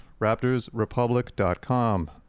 RaptorsRepublic.com